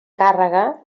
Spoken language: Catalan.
càrrega